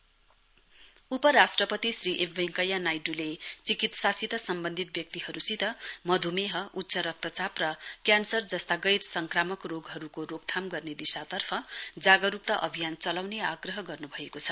भाईस president उपराष्ट्रपति Shri M Venkaiah नाइडूले चिकित्सासित सम्वन्धित व्यक्तिहरुसित मधुमेह उच्च रक्तचाप र क्यान्सर जस्ता गैर संक्रामक रोगहरुको रोकथाम गर्ने दिशातर्फ जागरुकता अभियान चलाउने आग्रह गर्नुभएको छ